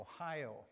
Ohio